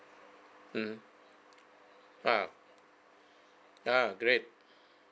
mmhmm ah ah great